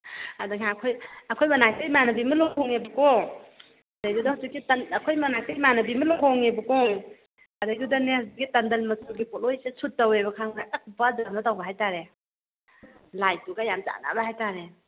ꯑꯗ ꯅꯍꯥꯟ ꯑꯩꯈꯣꯏ ꯑꯩꯈꯣꯏ ꯃꯅꯥꯛꯇꯩ ꯏꯃꯥꯟꯅꯕꯤ ꯑꯃ ꯂꯨꯍꯣꯡꯉꯦꯕꯀꯣ ꯑꯗꯩꯗꯨꯗ ꯍꯧꯖꯤꯛꯀꯤ ꯑꯩꯈꯣꯏ ꯃꯅꯥꯛꯇꯩ ꯏꯃꯥꯟꯅꯕꯤ ꯑꯃ ꯂꯨꯍꯣꯡꯉꯦꯕꯀꯣ ꯑꯗꯩꯗꯨꯗꯅꯦ ꯍꯧꯖꯤꯛꯀꯤ ꯇꯟꯗꯟ ꯃꯆꯨꯒꯤ ꯄꯣꯠꯂꯣꯏꯁꯦ ꯁꯨꯠ ꯇꯧꯋꯦꯕ ꯈꯪꯕ꯭ꯔꯥ ꯑꯁ ꯈꯨꯐꯖ ꯑꯃ ꯇꯧꯕ ꯍꯥꯏꯇꯥꯔꯦ ꯂꯥꯏꯠꯇꯨꯒ ꯌꯥꯝ ꯆꯥꯟꯅꯕ ꯍꯥꯏꯇꯥꯔꯦ